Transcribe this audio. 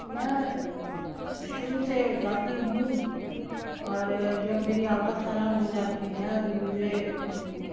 میں شروع سے گاتی ہوں اور جب میری آواز خراب ہو جاتی ہے تو مجھے